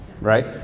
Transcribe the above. right